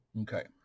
okay